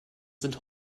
sind